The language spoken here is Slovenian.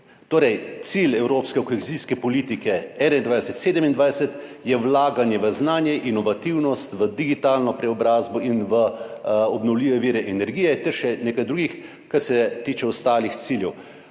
Torej, cilj evropske kohezijske politike 2021–2027 je vlaganje v znanje, inovativnost, v digitalno preobrazbo in v obnovljive vire energije ter še nekaj drugih, kar se tiče ostalih ciljev.